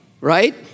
right